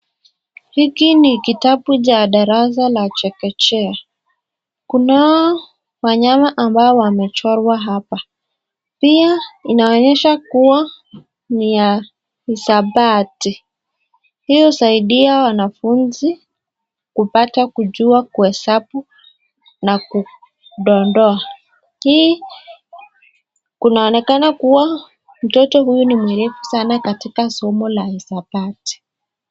Hiki ni kitabu cha darasa la chekechea, kunao wanyama ambao wamechorwa hapa, pia inaonyesha kuwa ni ya hesabati. Hii husaidia wanafunzi kupata kujua kuhesabu na kudondoa, hii kunaonekana kuwa mtoto huyu ni mwerevu sana katika somo la hisabati.